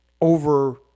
over